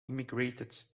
emigrated